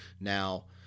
now